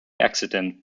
accident